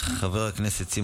חבר הכנסת אחמד טיבי,